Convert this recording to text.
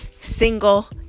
single